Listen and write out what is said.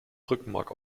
rückenmark